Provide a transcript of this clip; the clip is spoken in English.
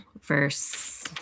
verse